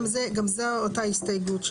גם זו אותה הסתייגות,